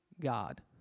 God